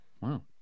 wow